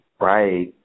Right